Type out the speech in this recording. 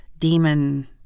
demon